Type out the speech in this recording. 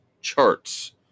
charts